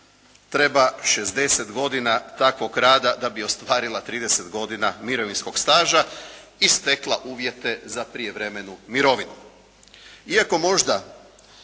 treba 60 godina takvog rada da bi ostvarila 30 godina mirovinskog staža i stekla uvjete za prijevremenu mirovinu. Iako možda